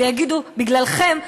ויגידו: בגללכם,